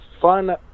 fun